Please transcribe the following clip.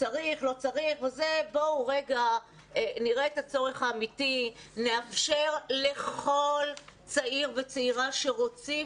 נראה את הצורך האמיתי לאפשר לכל צעיר וצעירה שרוצים